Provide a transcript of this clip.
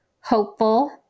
hopeful